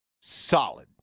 solid